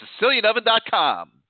SicilianOven.com